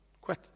quit